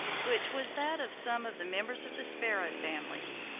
which was that of some of the members of the sparrow family.